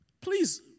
Please